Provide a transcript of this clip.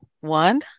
One